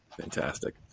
Fantastic